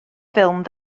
ffilm